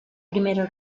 primera